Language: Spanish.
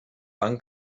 pan